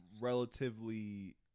relatively